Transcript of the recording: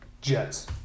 Jets